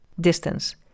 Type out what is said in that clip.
Distance